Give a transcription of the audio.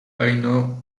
know